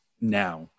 now